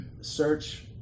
search